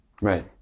Right